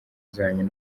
zanyu